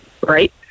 right